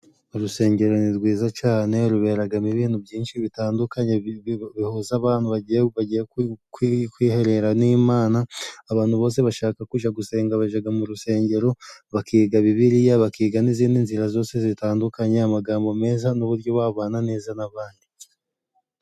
Urusengero ni rwiza cane ruberagamo ibintu byinshi bitandukanye bihuza abantu bagiye bagiye kwiherera n'imana ,abantu bose bashaka kuja gusenga bajaga mu rusengero bakiga bibiliya bakiga n'izindi nzira zose zitandukanye, amagambo meza n'uburyo wabana neza n'abandi.